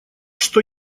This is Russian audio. что